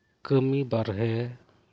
ᱠᱟᱹᱢᱤ ᱵᱟᱨᱦᱮ